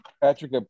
Patrick